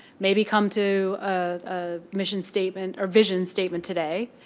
maybe come to a mission statement or vision statement today.